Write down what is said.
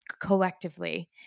collectively